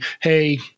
hey